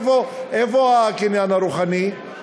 איפה הקניין הרוחני?